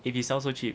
if he sell so cheap